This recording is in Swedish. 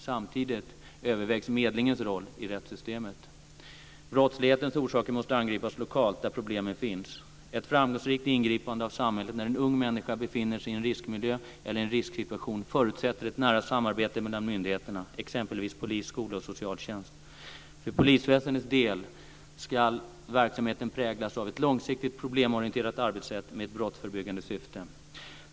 Samtidigt övervägs medlingens roll i rättssystemet. Brottslighetens orsaker måste angripas lokalt där problemen finns. Ett framgångsrikt ingripande av samhället när en ung människa befinner sig i en riskmiljö eller i en risksituation förutsätter ett nära samarbete mellan myndigheterna - exempelvis polis, skola och socialtjänst. För polisväsendets del ska verksamheten präglas av ett långsiktigt problemorienterat arbetssätt med ett brottsförebyggande syfte.